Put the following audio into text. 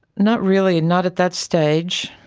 not really, not at that stage.